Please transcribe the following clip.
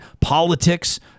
politics